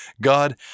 God